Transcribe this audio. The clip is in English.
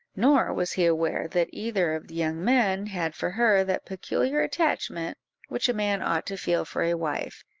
nor was he aware that either of the young men had for her that peculiar attachment which a man ought to feel for a wife.